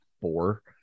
four